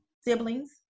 siblings